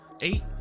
eight